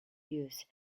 use